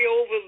over